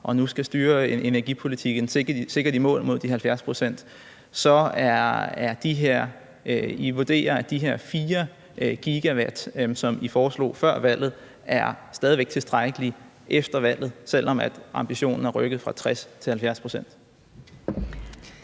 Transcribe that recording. og nu skal styre energipolitikken sikkert i mål mod de 70 pct., vurderer I så, at de her 4 GW, som I foreslog før valget, stadig væk er tilstrækkelige efter valget, altså selv om ambitionen er rykket fra 60 pct.